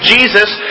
Jesus